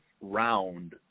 round